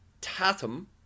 Tatham